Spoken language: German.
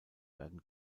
werden